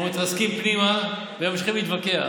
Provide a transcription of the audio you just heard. אנחנו מתרסקים פנימה והם ממשיכים להתווכח,